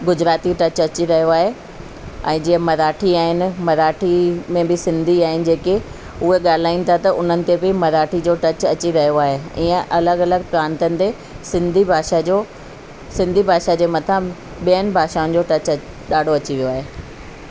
Gujarati touch अची रहियो आहे ऐं जीअं मराठी आहिनि मराठी में बि सिंधी आहिनि जेके उहा ॻाल्हाइनि था त उन्हनि ते बि मराठी जो टच अची रहियो आहे ईअं अलॻि अलॻि प्रांतनि ते सिंधी भाषा जो सिंधी भाषा जे मथां ॿियनि भाषाउनि जो टच ॾाढो अची वियो आहे